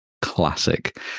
classic